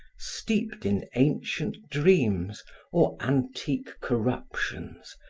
steeped in ancient dreams or antique corruptions,